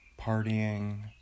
partying